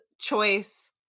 choice